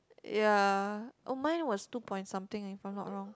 ya oh mine was two point something if I'm not wrong